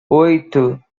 oito